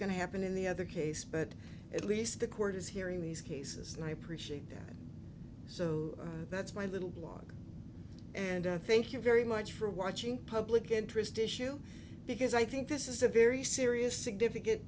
to happen in the other case but at least the court is hearing these cases and i appreciate that so that's my little blog and i thank you very much for watching public interest issue because i think this is a very serious significant